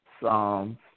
Psalms